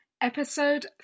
episode